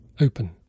open